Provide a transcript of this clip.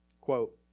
Quote